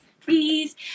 Please